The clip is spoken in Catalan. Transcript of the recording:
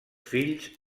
fills